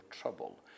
trouble